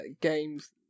games